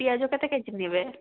ପିଆଜ କେତେ କେଜି ନେବେ